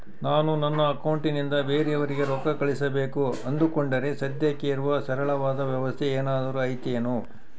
ನಾನು ನನ್ನ ಅಕೌಂಟನಿಂದ ಬೇರೆಯವರಿಗೆ ರೊಕ್ಕ ಕಳುಸಬೇಕು ಅಂದುಕೊಂಡರೆ ಸದ್ಯಕ್ಕೆ ಇರುವ ಸರಳವಾದ ವ್ಯವಸ್ಥೆ ಏನಾದರೂ ಐತೇನು?